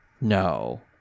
No